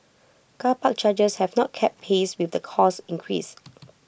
car park chargers have not kept pace with these cost increases